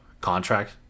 contract